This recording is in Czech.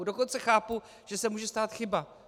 Dokonce chápu, že se může stát chyba.